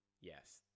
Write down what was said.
Yes